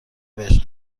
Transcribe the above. بهش